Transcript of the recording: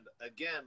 again